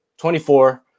24